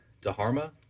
dharma